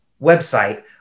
website